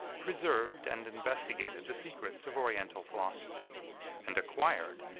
preserved and investigated the secrets of oriental philosophy and acquired,